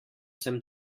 sem